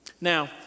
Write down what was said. now